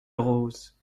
rose